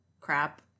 crap